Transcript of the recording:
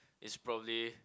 is probably